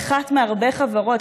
היא אחת מהרבה חברות.